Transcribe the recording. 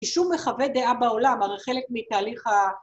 ‫כי שום מחווה דעה בעולם, ‫הרי חלק מתהליך ה...